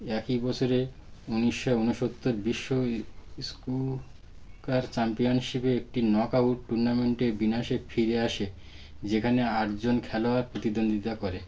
একই বছরে উনিশশো উনসত্তর বিশ্বয়ে ই স্নুকার চাম্পিয়ানশিপ একটি নকআউট টুর্নামেন্টে বিন্যাসে ফিরে আসে যেখানে আটজন খেলোয়াড় প্রতিদ্বন্দ্বিতা করে